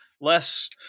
less